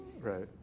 right